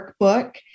workbook